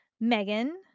Megan